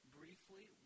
briefly